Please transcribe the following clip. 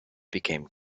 became